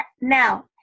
now